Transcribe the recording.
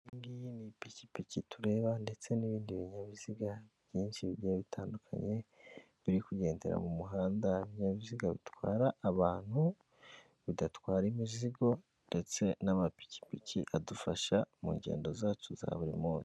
Iyi ngiyi ni ipikipiki tureba ndetse n'ibindi binyabiziga byinshi bigiye bitandukanye biri kugendera mu muhanda, ibinyabiziga bitwara abantu, bigatwara imizigo ndetse n'amapikipiki adufasha mu ngendo zacu za buri munsi.